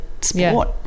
sport